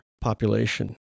population